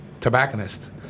tobacconist